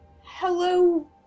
hello